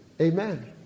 Amen